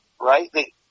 right